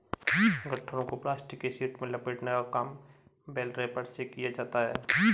गट्ठरों को प्लास्टिक की शीट में लपेटने का काम बेल रैपर से किया जाता है